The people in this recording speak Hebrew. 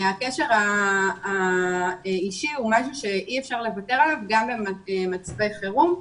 הקשר האישי הוא משהו שאי אפשר לוותר עליו גם במצבי חירום.